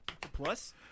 Plus